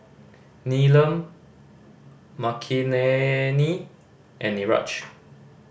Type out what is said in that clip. Neelam Makineni and Niraj